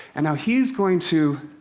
and now he's going to